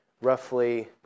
roughly